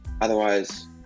otherwise